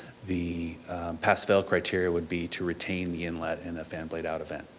the pass fail criteria would be to retain the inlet in a fan blade out event.